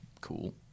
cool